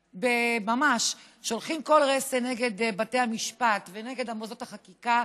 ממש ומתירים כל רסן נגד בתי המשפט ונגד מוסדות החקיקה,